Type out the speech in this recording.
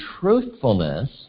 truthfulness